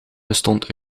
bestond